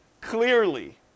clearly